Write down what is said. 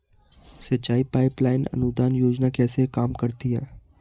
सिंचाई pipeline अनुदान योजना कैसे काम करती है?